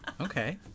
Okay